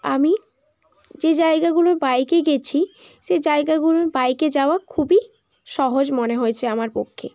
আমি যে জায়গাগুলো বাইকে গেছি সে জায়গাগুলো বাইকে যাওয়া খুবই সহজ মনে হয়েছে আমার পক্ষে